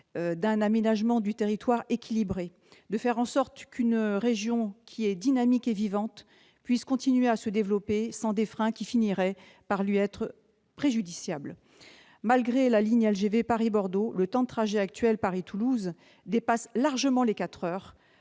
d'un aménagement du territoire équilibré, afin qu'une région dynamique et vivante puisse continuer à se développer sans des freins qui finiraient par lui être préjudiciables. Malgré la LGV Paris-Bordeaux, le temps de trajet actuel entre Paris et Toulouse dépasse largement 4 heures,